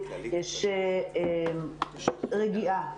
יש רגיעה.